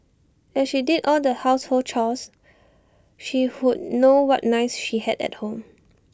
as she did all the household chores she would know what knives she had at home